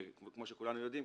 וכמו שכולנו יודעים,